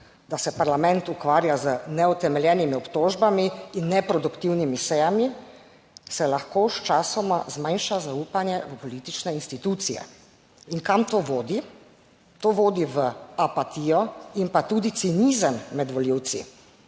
da se parlament ukvarja z neutemeljenimi obtožbami in neproduktivnimi sejami, se lahko sčasoma zmanjša zaupanje v politične institucije. In kam to vodi? To vodi v apatijo in pa tudi cinizem med volivci,